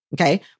okay